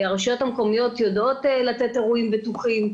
הרשויות המקומיות יודעות לתת אירועים בטוחים,